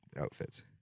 outfits